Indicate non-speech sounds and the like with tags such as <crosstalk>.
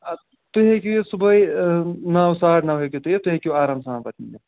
<unintelligible> تُہۍ ہیٚکِو یِتھ صُبحٲے نَو ساڑٕ نَو ہیٚکِو تُہۍ یِتھ تُہۍ ہیٚکِو آرام سان پَتہٕ <unintelligible>